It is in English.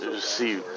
see